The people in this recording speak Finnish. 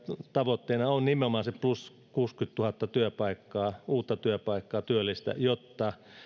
tavoitteena on nimenomaan se plus kuusikymmentätuhatta uutta työpaikkaa työllistä jotta